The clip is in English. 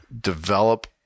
develop